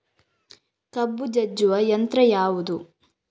ಕಬ್ಬು ಜಜ್ಜುವ ಯಂತ್ರ ಯಾವುದು?